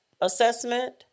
assessment